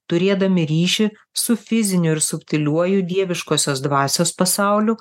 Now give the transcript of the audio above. turėdami ryšį su fiziniu ir subtiliuoju dieviškosios dvasios pasauliu